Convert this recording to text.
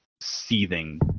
seething